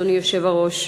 אדוני היושב-ראש.